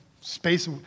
space